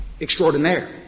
extraordinaire